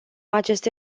aceste